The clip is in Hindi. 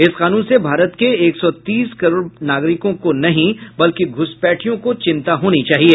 इस कानून से भारत के एक सौ तीस करोड़ नागरिकों को नहीं बल्कि घुसपैठियों को चिन्ता होनी चाहिए